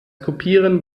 kopieren